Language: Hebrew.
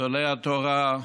גדולי התורה,